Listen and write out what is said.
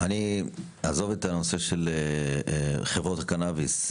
עזוב את הנושא של חברות הקנביס,